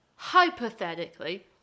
hypothetically